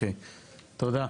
תודה.